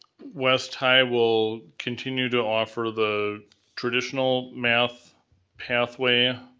west high will continue to offer the traditional math pathway